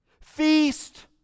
feast